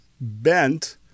bent